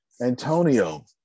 antonio